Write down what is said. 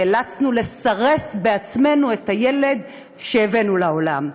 נאלצנו לסרס בעצמנו את הילד שהבאנו לעולם.